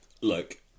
look